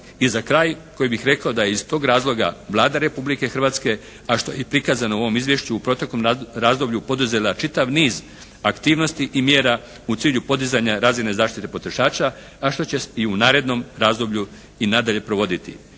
I za kraj koji bih rekao da je iz tog razloga Vlada Republike Hrvatske, a što je i prikazano u ovom izvješću, u proteklom razdoblju poduzela čitav niz aktivnosti i mjera u cilju podizanja razine zaštite potrošača, a što će i u narednom razdoblju i nadalje provoditi.